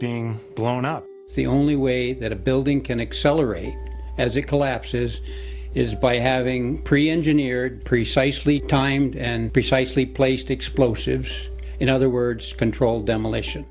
being blown up the only way that a building can accelerate as it collapses is by having pre engineered precisely timed and precisely placed explosives in other words controlled demolition